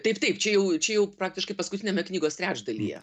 taip taip čia jau čia jau praktiškai paskutiniame knygos trečdalyje